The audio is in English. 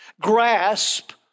grasp